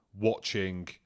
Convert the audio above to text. watching